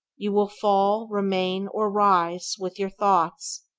you will fall, remain, or rise with your thoughts,